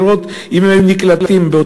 לראות היו נשארים בארץ אם הם היו נקלטים באותן